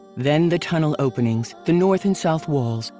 then the tunnel openings, the north and south walls,